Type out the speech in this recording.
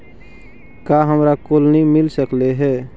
का हमरा कोलनी मिल सकले हे?